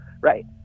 right